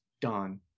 done